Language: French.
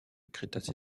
crétacé